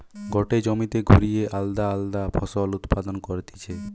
গটে জমিতে ঘুরিয়ে আলদা আলদা ফসল উৎপাদন করতিছে